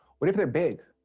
what if they're big?